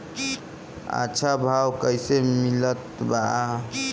अच्छा भाव कैसे मिलत बा?